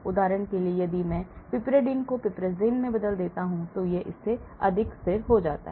उदाहरण के लिए यदि मैं piperidine को piperazine से बदल देता हूं तो यह इससे अधिक स्थिर हो जाता है